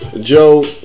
Joe